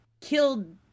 killed